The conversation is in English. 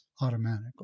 automatically